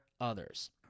others